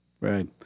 right